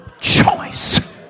choice